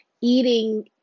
eating